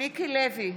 מיקי לוי,